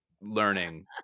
learning